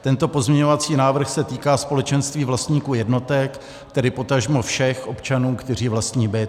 Tento pozměňovací návrh se týká společenství vlastníků jednotek, tedy potažmo všech občanů, kteří vlastní byt.